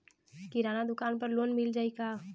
किराना दुकान पर लोन मिल जाई का?